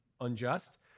unjust